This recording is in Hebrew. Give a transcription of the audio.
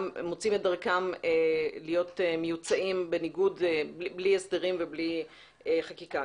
מוצאים את דרכם להיות מיוצאים בלי היתרים ובלי חקיקה.